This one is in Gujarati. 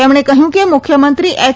તેમણે કહ્યું કે મુખ્યમંત્રી એચ